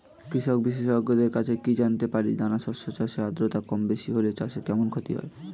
কৃষক বিশেষজ্ঞের কাছে কি জানতে পারি দানা শস্য চাষে আদ্রতা কমবেশি হলে চাষে কেমন ক্ষতি হয়?